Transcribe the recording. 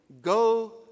Go